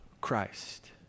Christ